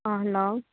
hello